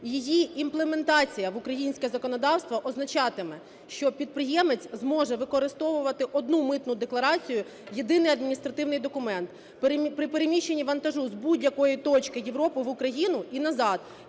її імплементація в українське законодавство означатиме, що підприємець зможе використовувати одну митну декларацію, єдиний адміністративний документ при переміщенні вантажу з будь-якої точки Європи в Україну і назад,